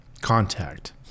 contact